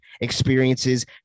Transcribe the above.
experiences